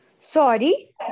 Sorry